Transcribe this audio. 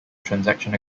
transaction